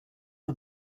are